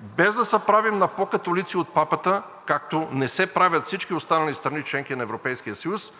без да се правим на пó католици от папата, както не се правят всички останали страни – членки на Европейския съюз,